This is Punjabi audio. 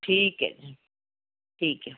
ਠੀਕ ਹੈ ਜੀ ਠੀਕ ਹੈ